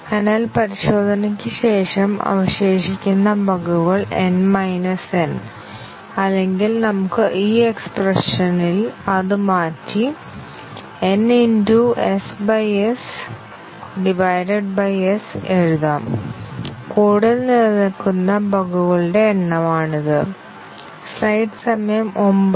അതിനാൽ പരിശോധനയ്ക്ക് ശേഷം അവശേഷിക്കുന്ന ബഗുകൾ N n അല്ലെങ്കിൽ നമുക്ക് ഈ എക്സ്പ്രെഷൻൽ ഇത് മാറ്റി n s എഴുതാം കോഡിൽ നിലനിൽക്കുന്ന ബഗുകളുടെ എണ്ണമാണിത്